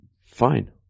fine